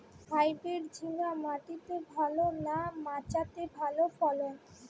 Hybrid ঝিঙ্গা মাটিতে ভালো না মাচাতে ভালো ফলন?